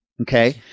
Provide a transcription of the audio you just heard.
Okay